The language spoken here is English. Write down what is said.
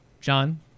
john